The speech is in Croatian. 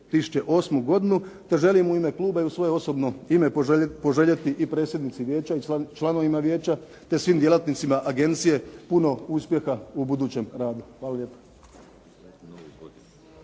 godinu, te želim u ime kluba i u svoje osobno ime poželjeti i predsjednici Vijeća i članovima Vijeća te svim djelatnicima agencije puno uspjeha u budućem radu. Hvala lijepa.